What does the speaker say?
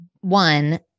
One